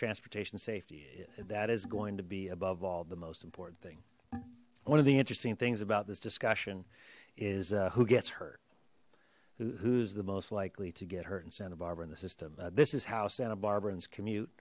transportation safety that is going to be above all the most important thing one of the interesting things about this discussion is who gets hurt who's the most likely to get hurt in santa barbara in the system this is how santa barbara's commute